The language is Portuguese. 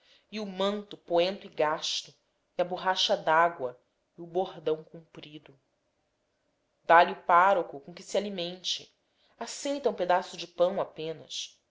e o manto poento e gasto e a borracha dágua e o bordão comprido dá-lhe o pároco com que se alimente aceita um pedaço de pão apenas